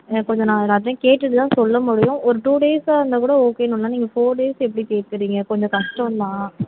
எனக்கு கொஞ்சம் நான் எல்லார்கிட்டையும் கேட்டுட்டுதான் சொல்ல முடியும் ஒரு டூ டேஸ்ஸா இருந்தா கூட ஓகேன்னு விட்லாம் நீங்கள் ஃபோர் டேஸ் எப்படி கேட்குறீங்க கொஞ்சம் கஷ்டந்தான்